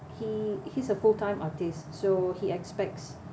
he he's a full time artist so he expects